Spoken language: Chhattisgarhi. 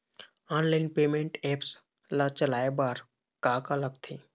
ऑनलाइन पेमेंट एप्स ला चलाए बार का का लगथे?